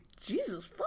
Jesus